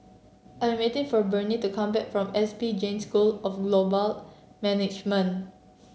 I'm waiting for Bernie to come back from S P Jain School of Global Management